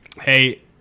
Hey